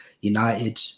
United